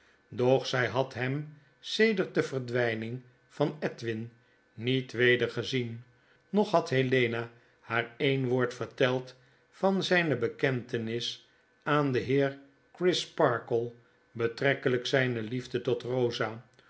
doch zij had hem jsedert de verdwijning van edwin niet weder gezien noch had helena haar een woord verteld van zijne bekentenis aan denheercrisparkle betrekkelijk zijne liefde tot eosa